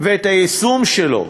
ואת היישום שלו,